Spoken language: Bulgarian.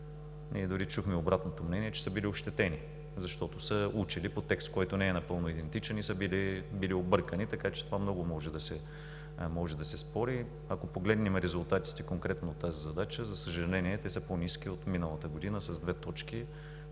Ние дори чухме обратното мнение, че са били ощетени, защото са учили по текст, който не е напълно идентичен и са били объркани, така че по това много може да се спори. Ако погледнем конкретно резултатите от тази задача, за съжаление, те са по-ниски от миналата година с две точки,